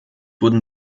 wurden